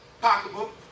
pocketbook